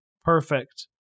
Perfect